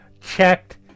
checked